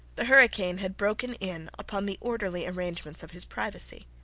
the hurricane had broken in upon the orderly arrangements of his privacy.